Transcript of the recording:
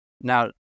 now